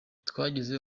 twageze